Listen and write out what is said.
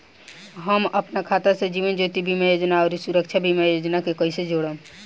हम अपना खाता से जीवन ज्योति बीमा योजना आउर सुरक्षा बीमा योजना के कैसे जोड़म?